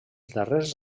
darrers